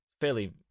fairly